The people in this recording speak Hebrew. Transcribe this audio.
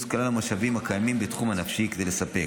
כלל המשאבים הקיימים בתחום הנפשי כדי לספק.